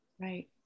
right